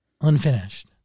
unfinished